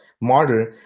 model